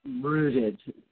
rooted